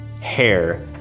hair